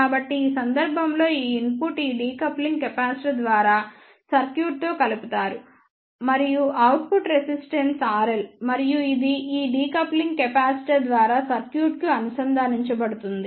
కాబట్టి ఈ సందర్భంలో ఈ ఇన్పుట్ ఈ డీకప్లింగ్ కెపాసిటర్ ద్వారా సర్క్యూట్తో కలుపుతారు మరియు అవుట్పుట్ రెసిస్టెన్స్ R L మరియు ఇది ఈ డీకప్లింగ్ కెపాసిటర్ ద్వారా సర్క్యూట్కు అనుసంధానించబడుతుంది